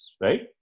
right